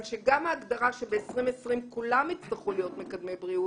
שגם ההגדרה שב-2020 כולם יצטרכו להיות מקדמי בריאות,